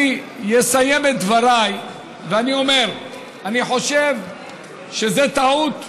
אני אסיים את דבריי ואני אומר: אני חושב שזאת טעות.